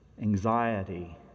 anxiety